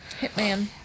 Hitman